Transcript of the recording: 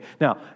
Now